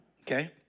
okay